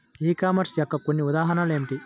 ఈ కామర్స్ యొక్క కొన్ని ఉదాహరణలు ఏమిటి?